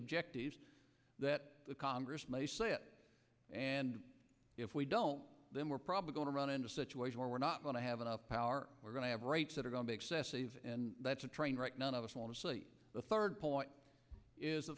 objective that the congress may split and if we don't then we're probably going to run into a situation where we're not going to have enough power we're going to have rates that are going to be excessive and that's a train wreck none of us want to see the third point is the